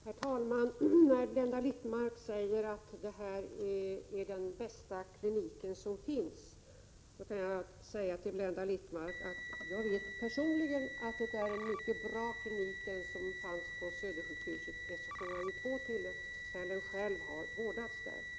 Herr talman! När Blenda Littmarck säger att det här är den bästa kliniken som finns, kan jag säga till Blenda Littmarck att jag vet personligen att det var en mycket bra klinik som fanns på Södersjukhuset, eftersom jag vid två tillfällen själv har vårdats där.